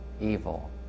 evil